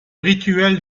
rituel